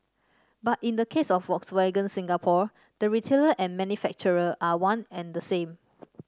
but in the case of Volkswagen Singapore the retailer and manufacturer are one and the same